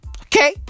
Okay